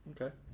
Okay